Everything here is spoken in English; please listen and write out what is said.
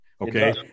Okay